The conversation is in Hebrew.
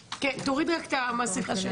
דוגמה.